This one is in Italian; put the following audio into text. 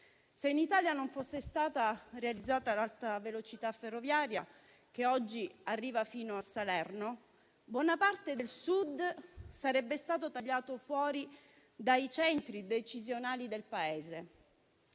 Se in Italia non fosse stata realizzata l'alta velocità ferroviaria, che oggi arriva fino a Salerno, buona parte del Sud sarebbe stata tagliata fuori dai centri decisionali del Paese.